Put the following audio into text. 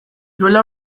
duela